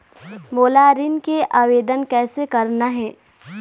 मोला ऋण के आवेदन कैसे करना हे?